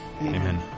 Amen